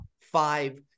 five